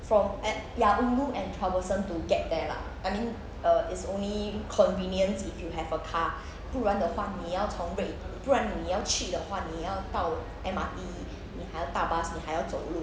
from uh ya ulu and troublesome to get there lah I mean err it's only convenient if you have a car 不然的话你要从 red~ 不然你要去的话你要 M_R_T 你还要搭 bus 你还要走路